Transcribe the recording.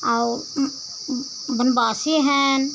और वनवासी हैं